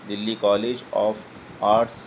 Delhi college of arts